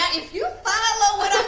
if you follow what